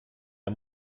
der